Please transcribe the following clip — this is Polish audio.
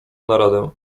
naradę